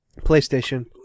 PlayStation